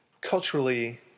culturally